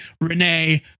Renee